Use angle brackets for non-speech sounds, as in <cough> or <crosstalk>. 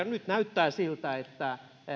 <unintelligible> nyt näyttää siltä että